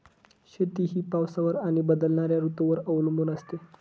शेती ही पावसावर आणि बदलणाऱ्या ऋतूंवर अवलंबून असते